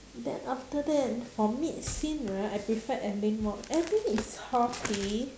then after that for mid-cin right I prefer alyn more alyn is haughty